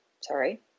sorry